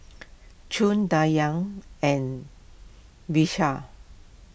Choor Dhyan and Vishal